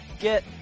get